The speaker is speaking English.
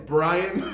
Brian